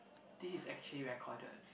this is actually recorded